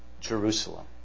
Jerusalem